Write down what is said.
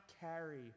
carry